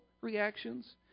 reactions